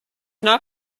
not